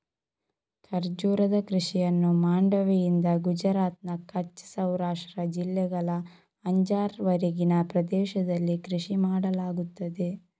ಖರ್ಜೂರದ ಕೃಷಿಯನ್ನು ಮಾಂಡವಿಯಿಂದ ಗುಜರಾತ್ನ ಕಚ್ ಸೌರಾಷ್ಟ್ರ ಜಿಲ್ಲೆಗಳ ಅಂಜಾರ್ ವರೆಗಿನ ಪ್ರದೇಶದಲ್ಲಿ ಕೃಷಿ ಮಾಡಲಾಗುತ್ತದೆ